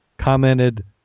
commented